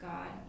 God